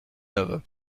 neuve